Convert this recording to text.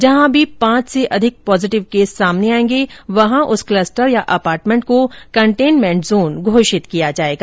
जहां भी पांच से अधिक पॉजिटिव केस सामने आएंगे वहां उस क्लस्टर या अपार्टमेंट को कंटेंनमेंट जोन घोषित किया जाएगा